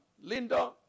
Linda